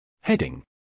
Heading